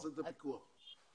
אני